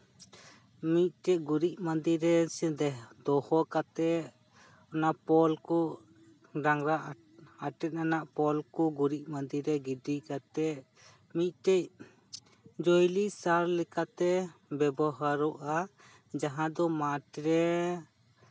ᱢᱤᱫ ᱴᱤᱱ ᱜᱩᱨᱤᱡ ᱢᱟᱫᱮ ᱨᱮ ᱥᱮ ᱫᱮ ᱫᱚᱦᱚ ᱠᱟᱛᱮ ᱚᱱᱟ ᱯᱚᱞ ᱠᱚ ᱰᱟᱝᱨᱟ ᱟᱴᱤ ᱨᱮᱱᱟᱜ ᱯᱚᱞ ᱠᱚ ᱜᱩᱨᱤᱡ ᱢᱟᱫᱮ ᱨᱮ ᱜᱤᱰᱤ ᱠᱟᱛᱮ ᱢᱤᱫᱴᱮᱱ ᱡᱳᱭᱵᱤᱠ ᱥᱟᱨ ᱞᱮᱠᱟᱛᱮ ᱵᱮᱵᱚᱦᱟᱨᱚᱜᱼᱟ ᱡᱟᱦᱟᱸ ᱫᱚ ᱢᱟᱴᱷ ᱨᱮ